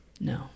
No